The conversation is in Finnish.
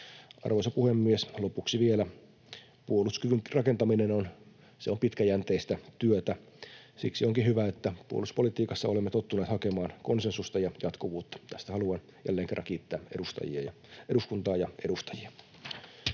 Arvoisa puhemies! Lopuksi vielä: Puolustuskyvyn rakentaminen on pitkäjänteistä työtä. Siksi onkin hyvä, että puolustuspolitiikassa olemme tottuneet hakemaan konsensusta ja jatkuvuutta. Tästä haluan jälleen kerran kiittää eduskuntaa ja edustajia.